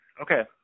okay